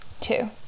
two